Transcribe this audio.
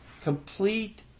complete